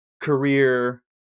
career